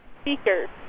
speaker